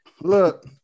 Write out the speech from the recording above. Look